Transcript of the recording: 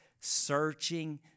searching